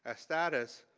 ah status,